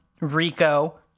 Rico